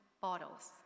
bottles